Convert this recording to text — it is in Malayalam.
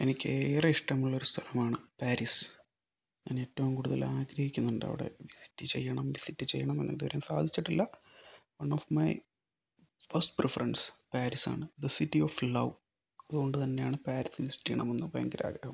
എനിക്കേറെ ഇഷ്ടമുള്ള ഒരു സ്ഥലമാണ് പേരിസ് ഞാൻ ഏറ്റവും കൂടുതൽ ആഗ്രഹിക്കുന്നുണ്ട് അവിടെ വിസിറ്റ് ചെയ്യണം വിസിറ്റ് ചെയ്യണം എന്ന ഇത് വരെ സാധിച്ചിട്ടില്ല one of my first preference പേരിസാണ് ദി സിറ്റി ഓഫ് ലൗ അതുകൊണ്ട് തന്നെയാണ് പേരിസ് വിസിറ്റ് ചെയ്യണമെന്ന് ഭയങ്കര ആഗ്രഹം